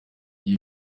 ibi